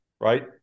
right